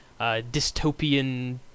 dystopian